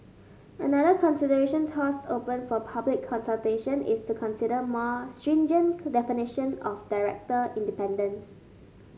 another suggestion tossed open for public consultation is to consider a more stringent definition of director independence